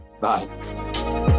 bye